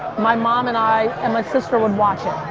my mom and i and my sister would watch it.